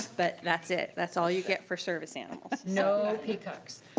but that's it. that's all you get for service animals. no peacocks.